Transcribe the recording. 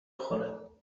خورم